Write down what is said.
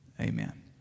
Amen